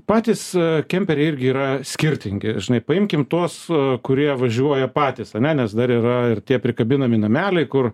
patys kemperiai irgi yra skirtingi žinai paimkime tuos kurie važiuoja patys ane nes dar yra ir tie prikabinami nameliai kur